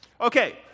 Okay